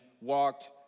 walked